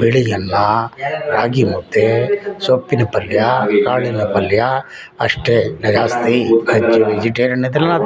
ಬಿಳಿ ಅನ್ನ ರಾಗಿ ಮುದ್ದೆ ಸೊಪ್ಪಿನ ಪಲ್ಯ ಕಾಳಿನ ಪಲ್ಯ ಅಷ್ಟೇ ಜಾಸ್ತಿ ಹೆಚ್ಚು ವೆಜಿಟೇರಿಯನ್ ಇದ್ದಾರಲ್ಲ